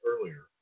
earlier